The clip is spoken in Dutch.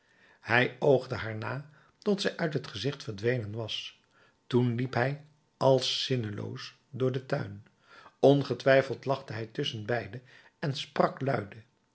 hij oogde haar na tot zij uit het gezicht verdwenen was toen liep hij als zinneloos door den tuin ongetwijfeld lachte hij tusschenbeide en sprak luide